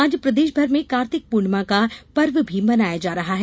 आज प्रदेशमर में कार्तिक पूर्णिमा का पर्व भी मनाया जा रहा है